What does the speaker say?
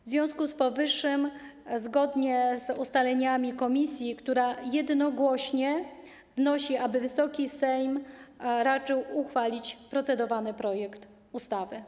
W związku z powyższym, zgodnie z ustaleniami komisji, która jednogłośnie o to wniosła, proponuję, aby Wysoki Sejm raczył uchwalić procedowany projekt ustawy.